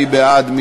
מי בעד?